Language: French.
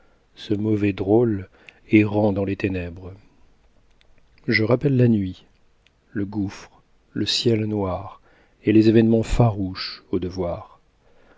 ce mauvais drôle errant dans les ténèbres je rappelle la nuit le gouffre le ciel noir et les événements farouches au devoir